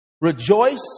Rejoice